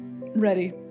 ready